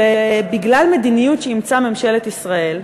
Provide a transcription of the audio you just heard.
שבגלל מדיניות שאימצה ממשלת ישראל,